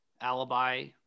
alibi